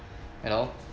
you know